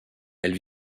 elle